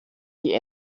die